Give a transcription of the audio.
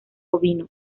ovino